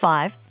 Five